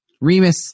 Remus